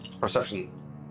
perception